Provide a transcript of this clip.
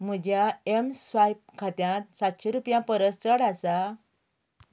म्हज्या एमस्वायप खात्यांत सातशें रुपया परस चड आसा